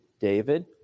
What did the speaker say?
David